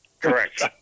Correct